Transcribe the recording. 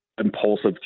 impulsive